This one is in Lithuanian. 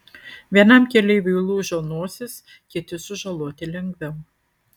vienam keleiviui lūžo nosis kiti sužaloti lengviau